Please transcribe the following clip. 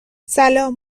سلام